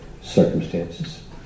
circumstances